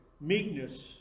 Meekness